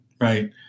Right